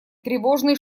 тревожный